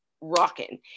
rocking